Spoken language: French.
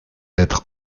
être